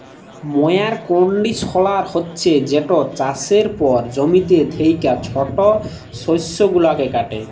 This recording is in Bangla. ময়ার কল্ডিশলার হছে যেট চাষের পর জমিতে থ্যাকা ছট শস্য গুলাকে কাটে